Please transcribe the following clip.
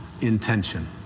intention